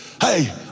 Hey